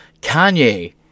Kanye